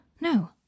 No